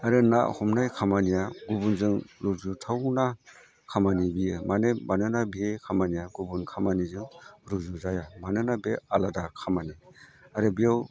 आरो ना हमनाय खामानिया गुबुनजों रुजुथावना खामानि बेयो माने मानोना बे खामानिया गुबुन खामानिजों रुजु जाया मानोना बे आलादा खामानि आरो बेयाव